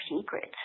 secrets